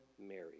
Mary